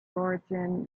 origin